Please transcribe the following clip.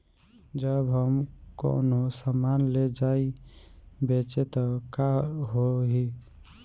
जब हम कौनो सामान ले जाई बेचे त का होही?